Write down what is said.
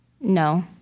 No